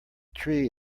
tree